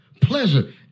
Pleasure